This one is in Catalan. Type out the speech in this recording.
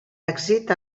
èxit